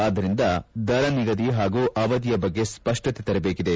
ಆದ್ದರಿಂದ ದರ ನಿಗದಿ ಹಾಗೂ ಅವಧಿಯ ಬಗ್ಗೆ ಸ್ಪಷ್ಟತೆ ತರಬೇಕಿದೆ